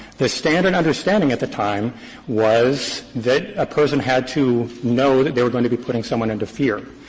the standard understanding at the time was that a person had to know that they are going to be putting someone into fear.